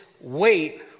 wait